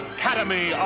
Academy